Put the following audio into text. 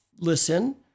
listen